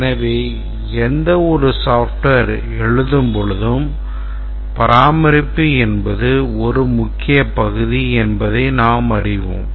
எனவே எந்தவொரு softwareஐ எழுதும்போதும் பராமரிப்பு என்பது ஒரு முக்கிய பகுதி என்பதை நாம் அறிவோம்